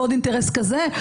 ולעוד אינטרס כזה.